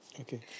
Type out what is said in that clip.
Okay